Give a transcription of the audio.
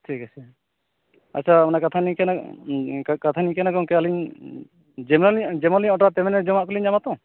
ᱴᱷᱤᱠ ᱟᱪᱷᱮ ᱟᱪᱪᱷᱟ ᱚᱱᱟ ᱠᱟᱛᱷᱟᱧ ᱞᱟᱹᱭ ᱠᱮᱫ ᱠᱟᱛᱷᱟ ᱦᱩᱭᱩᱜ ᱠᱟᱱᱟ ᱜᱚᱝᱠᱮ ᱟᱹᱞᱤᱧ ᱡᱮᱢᱮᱱ ᱡᱮᱢᱚᱱ ᱞᱤᱧ ᱚᱰᱟᱨᱟ ᱛᱮᱱᱢᱤ ᱡᱚᱢᱟᱜ ᱠᱚᱞᱤᱧ ᱧᱟᱢᱟ ᱛᱚ